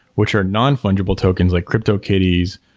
which are non-fungible tokens, like cryptokitties.